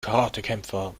karatekämpfer